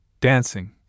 dancing